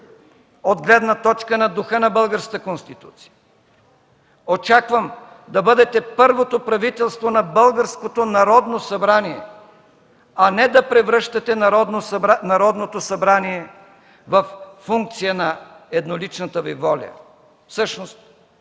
от гледна точка на духа на Българската конституция. Очаквам да бъдете първото правителство на българското Народно събрание, а не да превръщате Народното събрание във функция на едноличната Ви воля. Всъщност